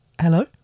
hello